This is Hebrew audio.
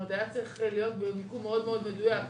היה צריך להיות במיקום מאוד מאוד מדויק,